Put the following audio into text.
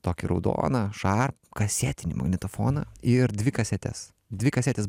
tokį raudoną šarp kasetinį magnetofoną ir dvi kasetes dvi kasetės